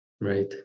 right